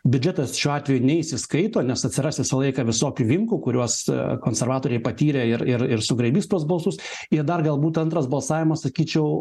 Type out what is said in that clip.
biudžetas šiuo atveju neįsiskaito nes atsiras visą laiką visokių vinkų kuriuos konservatoriai patyrę ir ir ir sugraibys tuos balsus ir dar galbūt antras balsavimas sakyčiau